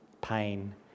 pain